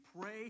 pray